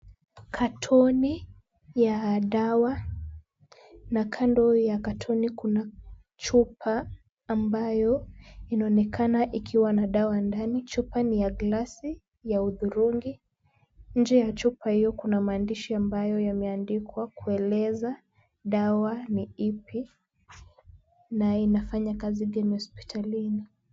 Katoni ya dawa na kando ya katoni kuna chupa ambayo inaonekana ikiwa na dawa ndani. Chupa ni ya glasi ya hudhurungi. Nje ya chupa hiyo kuna maandishi ambayo yameandikwa, kueleza dawa ni ipi na inafanya kazi gani hospitalini.